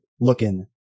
looking